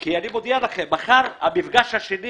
כי מחר המפגש השני